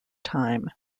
time